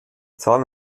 zahl